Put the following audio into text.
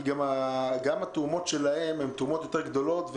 כי גם התרומות שלהם הן תרומות יותר גדולות,